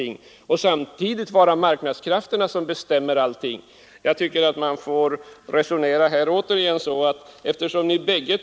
Det är socialdemokraterna.